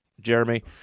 Jeremy